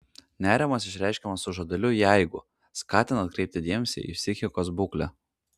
nerimas išreiškiamas su žodeliu jeigu skatina atkreipti dėmesį į psichikos būklę